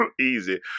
Easy